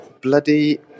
bloody